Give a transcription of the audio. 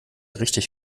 richtig